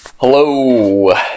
Hello